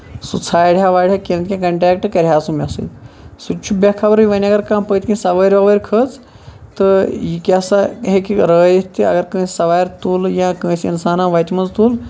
سُہ ژھانڑِ ہا واڑِ ہا کیٚنہہ نہ تہٕ کیٚنہہ کَنٹیکٹ کرِ ہا سُہ مےٚ سۭتۍ سُہ تہِ چھُ بے خبرٕے وۄنۍ اَگر کانہہ پٔتۍ کِنۍ سَوٲرۍ وَوٲرۍ کھٔژٕ تہٕ یہِ کیاہ سا ہٮ۪کہِ رٲوِتھ تہِ اَگر کٲنسہِ سَوارِ تُل اَگر کٲنسہِ اِنسانَن وَتہِ منٛز تُل